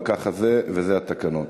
אבל ככה זה וזה התקנון.